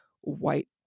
white